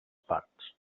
parts